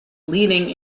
leading